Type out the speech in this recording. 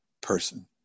person